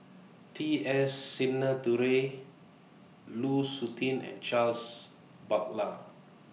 T S Sinnathuray Lu Suitin and Charles Paglar